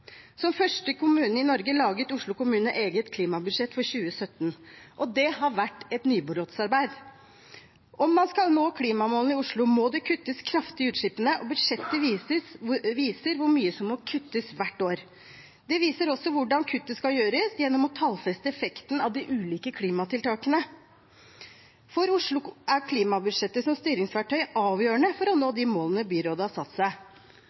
Som første kommune i Norge laget Oslo kommune et eget klimabudsjett for 2017, og det har vært et nybrottsarbeid. Om man skal nå klimamålene i Oslo, må det kuttes kraftig i utslippene, og budsjettet viser hvor mye som må kuttes hvert år. Det viser også hvordan kuttet skal gjøres gjennom å tallfeste effekten av de ulike klimatiltakene. For Oslo er klimabudsjettet som styringsverktøy avgjørende for å nå de målene byrådet har satt seg.